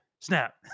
snap